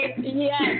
Yes